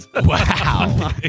Wow